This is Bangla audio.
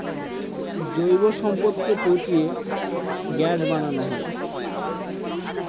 যে সব জৈব সম্পদকে পচিয়ে গ্যাস বানানো হয়